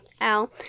Al